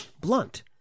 blunt